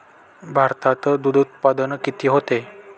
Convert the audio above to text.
भारतात दुग्धउत्पादन किती होते?